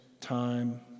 time